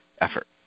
effort